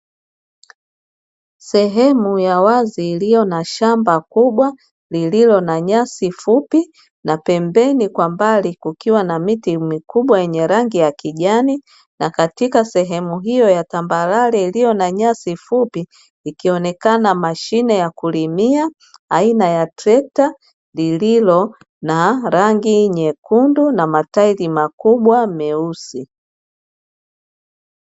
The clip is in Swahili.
Sehemu ya wazi iliyo na shamba kubwa lililo na nyasi fupi, na pembeni kwa ndani kukiwa miti mikubwa yenye rangi ya kijani na katika sehemu hio ya tambalare iliyo na nyasi fupi, ikionekana mashine ya kulimia aina ya trekta lililona rangi nyekundu na matairi makubwa meusi.